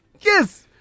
Yes